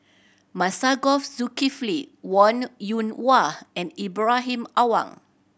Masagos Zulkifli Wong Yoon Wah and Ibrahim Awang